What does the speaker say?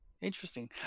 Interesting